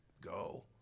go